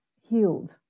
healed